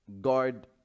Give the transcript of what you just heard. God